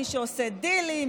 מי שעושה דילים,